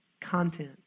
content